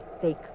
fake